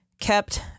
kept